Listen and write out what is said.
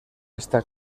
está